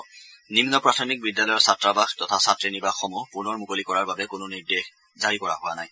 অৱশ্যে নিম্ন প্ৰাথমিক বিদ্যালয়ৰ ছাত্ৰাবাস তথা ছাত্ৰী নিবাসসমূহ পুনৰ মুকলি কৰাৰ বাবে কোনো নিৰ্দেশ জাৰি কৰা হোৱা নাই